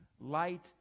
light